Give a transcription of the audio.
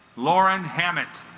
lauren hammett